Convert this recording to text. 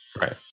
Right